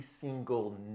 single